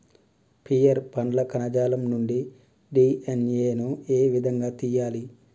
Pear పండ్ల కణజాలం నుండి డి.ఎన్.ఎ ను ఏ విధంగా తియ్యాలి?